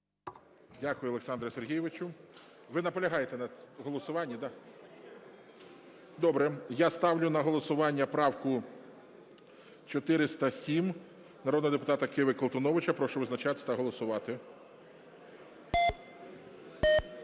Дякую, Олександре Сергійовичу. Ви наполягаєте на голосуванні, да? Добре. Я ставлю на голосування правку 4007 народного депутата Киви і Колтуновича. Прошу визначатись та голосувати.